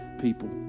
people